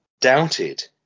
doubted